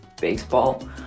baseball